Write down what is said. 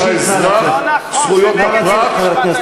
אבל מן הרגע שעיגנו זאת בחוק-יסוד נוצר